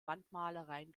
wandmalereien